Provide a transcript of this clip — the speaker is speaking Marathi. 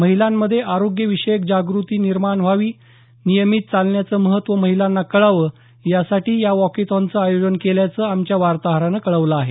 महिलांमध्ये आरोग्य विषयक जागृती निर्माण व्हावी नियमित चालण्याचं महत्त्व महिलांना कळावं यासाठी या वॉकेथॉनचं आयोजन केल्याचं आमच्या वार्ताहरानं कळवलं आहे